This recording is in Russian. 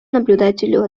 наблюдателю